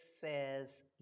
says